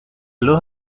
luz